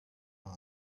your